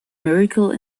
miracle